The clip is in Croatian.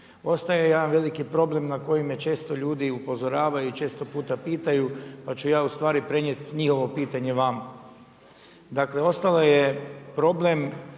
Ostaje jedan veliki problem na koji me često ljudi upozoravaju i često puta pitaju, pa ću ja ustvari prenijeti njihovo pitanje vama. Dakle, ostalo je problem